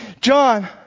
John